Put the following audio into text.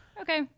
okay